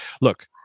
Look